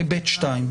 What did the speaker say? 2(ב)(2).